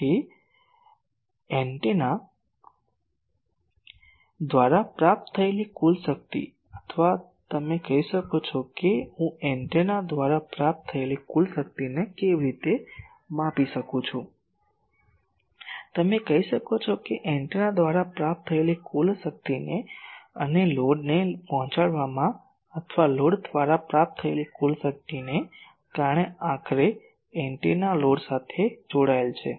તેથી એન્ટેના દ્વારા પ્રાપ્ત થયેલી કુલ શક્તિ અથવા તમે કહી શકો છો કે હું એન્ટેના દ્વારા પ્રાપ્ત કુલ શક્તિને કેવી રીતે માપી શકું છું તમે કહી શકો છો કે એન્ટેના દ્વારા પ્રાપ્ત થયેલી કુલ શક્તિ અને લોડને પહોંચાડવામાં અથવા લોડ દ્વારા પ્રાપ્ત કુલ શક્તિ કારણ કે આખરે એન્ટેના લોડ સાથે જોડાયેલ હશે